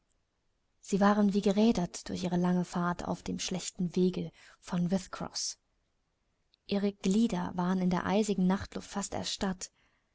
sie waren wie gerädert durch ihre lange fahrt auf dem schlechten wege von whitcroß ihre glieder waren in der eisigen nachtluft fast